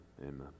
amen